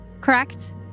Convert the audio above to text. Correct